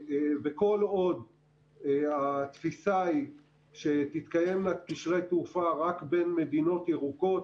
וכל עוד התפיסה היא שיתקיימו קשרי תעופה רק בין מדינות ירוקות,